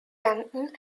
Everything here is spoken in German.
danken